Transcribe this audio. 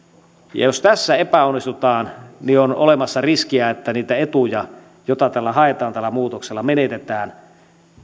jos tässä epäonnistutaan niin on olemassa riskejä että menetetään niitä etuja joita tällä muutoksella haetaan